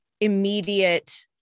immediate